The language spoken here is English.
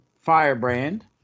Firebrand